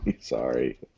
Sorry